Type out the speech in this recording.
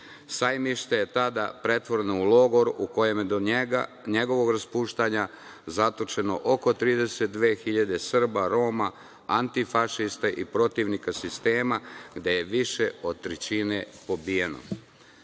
Sajmište je tada pretvoreno u logor u kojem je do njegovog raspuštanja zatočeno oko 32 hiljade Srba, Roma, antifašista i protivnika sistema, gde je više od trećine pobijeno. Naša